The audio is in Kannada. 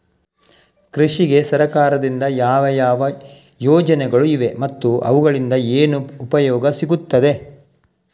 ಕೃಷಿಗೆ ಸರಕಾರದಿಂದ ಯಾವ ಯಾವ ಯೋಜನೆಗಳು ಇವೆ ಮತ್ತು ಅವುಗಳಿಂದ ಏನು ಉಪಯೋಗ ಸಿಗುತ್ತದೆ?